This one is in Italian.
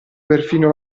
perfino